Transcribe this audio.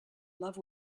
love